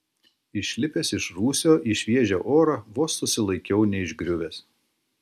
išlipęs iš rūsio į šviežią orą vos susilaikiau neišgriuvęs